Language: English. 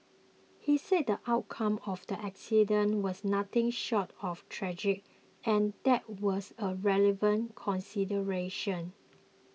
he said the outcome of the accident was nothing short of tragic and that was a relevant consideration